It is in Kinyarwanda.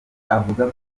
avuga